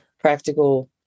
practical